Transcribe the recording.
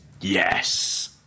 Yes